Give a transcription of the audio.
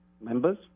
members